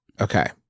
Okay